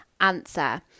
answer